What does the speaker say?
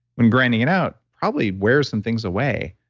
when grinding it out, probably wears some things away.